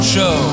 Show